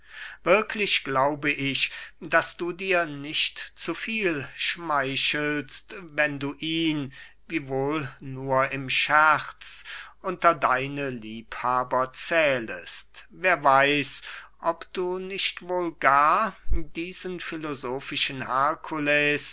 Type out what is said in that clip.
wirklich glaube ich daß du dir nicht zu viel schmeichelst wenn du ihn wiewohl nur im scherz unter deine liebhaber zählest wer weiß ob du nicht wohl gar diesen